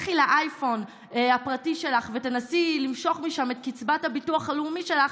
לכי לאייפון הפרטי שלך ותנסי למשוך משם את קצבת הביטוח הלאומי שלך,